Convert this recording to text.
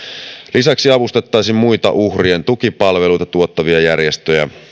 lisäksi avustettaisiin muita uhrien tukipalveluita tuottavia järjestöjä